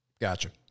Gotcha